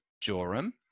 Joram